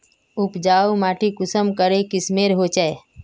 उपजाऊ माटी कुंसम करे किस्मेर होचए?